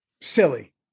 Silly